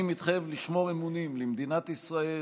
אני מתחייב לשמור אמונים למדינת ישראל,